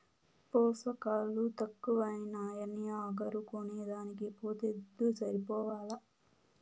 పోసకాలు తక్కువైనాయని అగరు కొనేదానికి పోతే దుడ్డు సరిపోలా